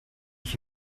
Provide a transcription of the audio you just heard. ich